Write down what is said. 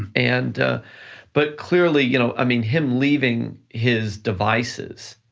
and but clearly, you know i mean, him leaving his devices